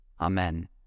Amen